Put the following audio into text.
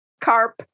carp